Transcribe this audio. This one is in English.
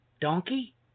donkey